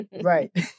right